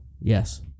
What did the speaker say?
Yes